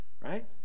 Right